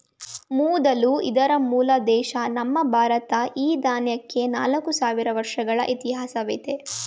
ಊದಲು ಇದರ ಮೂಲ ದೇಶ ನಮ್ಮ ಭಾರತ ಈ ದಾನ್ಯಕ್ಕೆ ನಾಲ್ಕು ಸಾವಿರ ವರ್ಷಗಳ ಇತಿಹಾಸವಯ್ತೆ